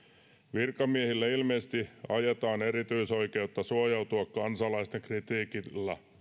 virkamiehille ilmeisesti ajetaan erityisoikeutta suojautua kansalaisten kritiikiltä